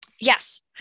Yes